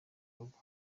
rugo